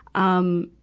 um,